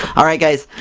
all right guys,